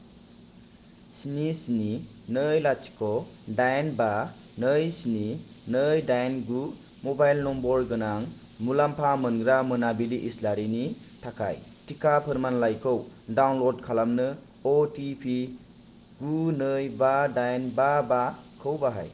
स्नि स्नि नै लाथिख' दाइन बा नै स्नि नै दाइन गु मबाइल नम्बर गोनां मुलाम्फा मोनग्रा मोनाबिलि इसलारिनि थाखाय टिका फोरमानलाइखौ डाउनलड खालामनो अटिपि गु नै बा दाइन बा बा खौ बाहाय